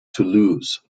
toulouse